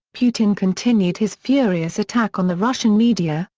putin continued his furious attack on the russian media,